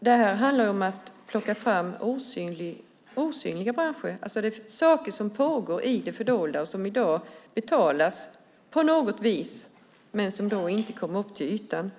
Det här handlar om att plocka fram osynliga branscher. Det finns saker som pågår i det fördolda och som i dag betalas på något vis men inte kommer upp till ytan.